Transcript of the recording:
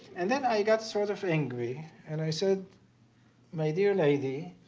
and then i got sort of angry and i said my dear lady,